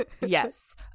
yes